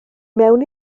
mewn